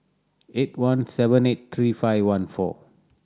eight one seven eight three five one four